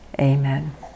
Amen